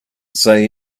say